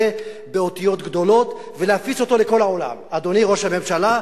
באותיות גדולות ולהפיץ אותו לכל העולם: אדוני ראש הממשלה,